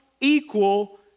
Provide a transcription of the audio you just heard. equal